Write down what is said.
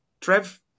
Trev